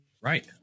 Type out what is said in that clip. right